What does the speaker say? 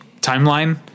timeline